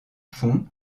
fonds